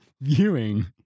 viewing